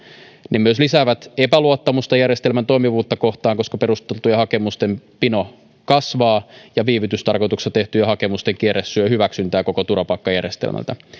ne myös lisäävät epäluottamusta järjestelmän toimivuutta kohtaan koska perusteltujen hakemusten pino kasvaa ja viivytystarkoituksessa tehtyjen hakemusten kierre syö hyväksyntää koko turvapaikkajärjestelmältä